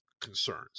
concerns